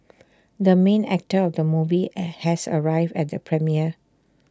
the main actor of the movie are has arrived at the premiere